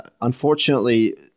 unfortunately